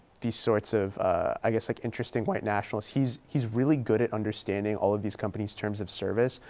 these sorts of i guess like interesting white nationalists. he's, he's really good at understanding all of these companies' terms of service,